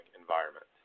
environment